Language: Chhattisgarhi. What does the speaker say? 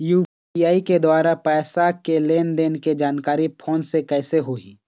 यू.पी.आई के द्वारा पैसा के लेन देन के जानकारी फोन से कइसे होही?